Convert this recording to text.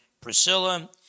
Priscilla